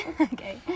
Okay